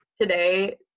Today